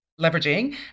leveraging